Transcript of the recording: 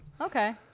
Okay